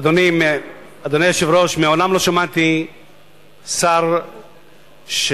אדוני היושב-ראש, מעולם לא שמעתי שר שעונה,